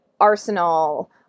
arsenal